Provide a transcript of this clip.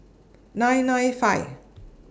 nine nine five